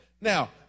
Now